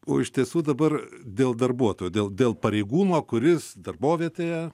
o iš tiesų dabar dėl darbuotojo dėl dėl pareigūno kuris darbovietėje